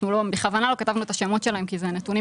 אנחנו בכוונה לא כתבנו את השמות שלהן כי אלה נתונים